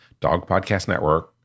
dogpodcastnetwork